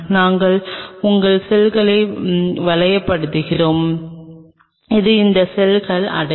நாங்கள் உங்கள் செல்களை வளையப்படுத்துகிறோம் அது இந்த செல்களை அடையும்